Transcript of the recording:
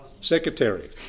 Secretary